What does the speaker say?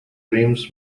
rims